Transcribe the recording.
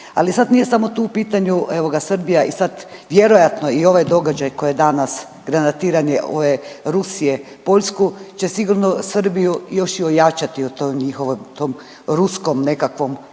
Ali sad nije samo tu u pitanju Srbija i sad vjerojatno i ovaj događaj koji je danas granatiranje Rusije Poljsku će sigurno Srbiju još i ojačati u tom ruskom nekakvom